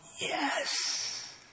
Yes